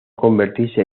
convertirse